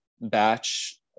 batch